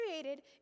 created